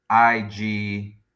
IG